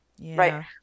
right